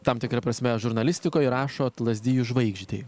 tam tikra prasme žurnalistikoj ir rašot lazdijų žvaigždei